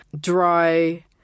dry